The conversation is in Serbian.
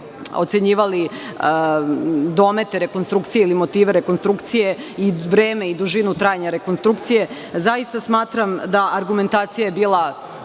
ocenjivali domete rekonstrukcija ili motive rekonstrukcije i vreme i dužinu trajanja rekonstrukcije. Zaista smatram da je argumentacija bila